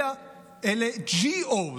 אלא אלה GOs,